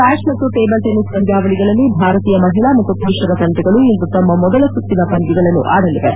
ಸ್ಟಾಷ್ ಮತ್ತು table tennis ಪಂದ್ಯಾವಳಿಗಳಲ್ಲಿ ಭಾರತೀಯ ಮಹಿಳಾ ಮತ್ತು ಪುರುಷರ ತಂಡಗಳು ಇಂದು ತಮ್ಮ ಮೊದಲ ಸುತ್ತಿನ ಪಂದ್ಯಗಳನ್ನು ಆಡಲಿವೆ